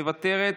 מוותרת,